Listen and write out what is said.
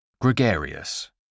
Gregarious